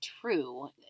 true